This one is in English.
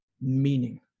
meaning